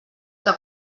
que